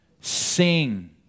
Sing